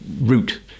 route